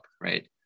right